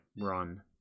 run